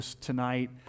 tonight